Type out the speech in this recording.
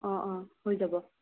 অঁ অঁ হৈ যাব